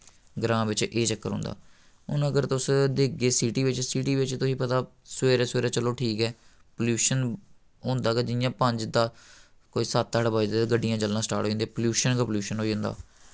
ग्रां बिच्च एह् चक्कर होंदा हून अगर तुस दिखगे सिटी विच सिटी बिच्च तुसें पता सवेरै सवेरै चलो ठीक ऐ प्लयूशन होंदा गै जि'यां पंज दस कोई सत्त अट्ठ बजदे ते गड्डियां चलना स्टार्ट होई जंदियां प्लयूशन गै प्लयूशन होई जंदा